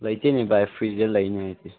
ꯂꯩꯇꯦꯅꯦ ꯕꯥꯏ ꯐ꯭ꯔꯤꯗ ꯂꯩꯅꯦ ꯑꯩꯗꯤ